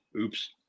Oops